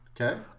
Okay